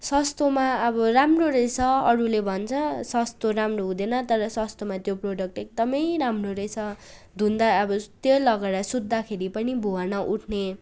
सस्तोमा अब राम्रो रहेछ अरूले भन्छ सस्तो राम्रो हुँदैन तर सस्तोमा त्यो प्रोडक्ट एकदमै राम्रो रहेछ धुँदा अब त्यो लगाएर सुत्दाखेरि पनि भुवा नउठ्ने